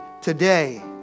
today